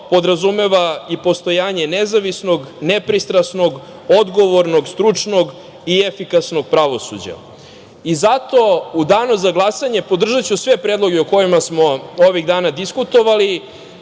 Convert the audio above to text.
podrazumeva i postojanje nezavisnog, nepristrasnog, odgovornog, stručnog i efikasnog pravosuđa. Zato u danu za glasanje podržaću sve predloge o kojima smo ovih dana diskutovali